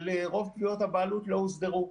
אבל רוב תביעות הבעלות לא הוסדרו.